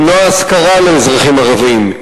למנוע השכרה לאזרחים ערבים,